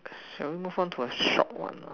shall we move on to a short one ah